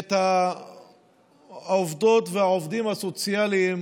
את העובדות והעובדים הסוציאליים